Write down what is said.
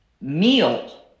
meal